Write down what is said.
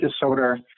disorder